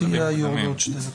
(היו"ר אוסאמה סעדי)